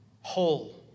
whole